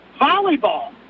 volleyball